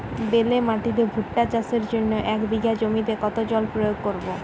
বেলে মাটিতে ভুট্টা চাষের জন্য এক বিঘা জমিতে কতো জল প্রয়োগ করব?